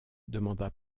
demanda